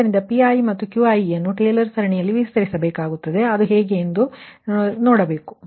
ಆದ್ದರಿಂದ Piಮತ್ತು Qi ನ್ನು ಟೇಲರ್ ಸರಣಿಯಲ್ಲಿ ವಿಸ್ತರಿಸಬೇಕಾಗಿದೆ ಮತ್ತು ಅದು ಹೇಗೆ ಸರಿಯಾಗಿ ನಡೆಯುತ್ತಿದೆ ಎಂಬುದನ್ನು ನೀವು ನೋಡಬೇಕು